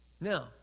Now